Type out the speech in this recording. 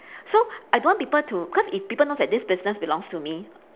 so I don't want people to cause if people knows that this business belongs to me